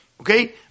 Okay